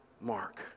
Mark